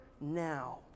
Now